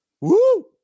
Woo